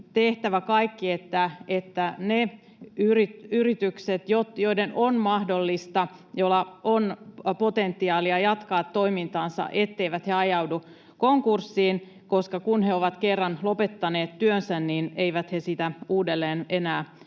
tehtävä kaikki, että ne yritykset, joiden on mahdollista ja joilla on potentiaalia jatkaa toimintaansa, eivät ajaudu konkurssiin, koska kun he ovat kerran lopettaneet työnsä, niin eivät he sitä uudelleen enää